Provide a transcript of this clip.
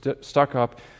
stuck-up